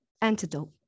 antidote